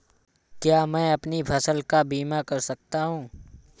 क्या मैं अपनी फसल का बीमा कर सकता हूँ?